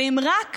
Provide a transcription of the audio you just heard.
ואם רק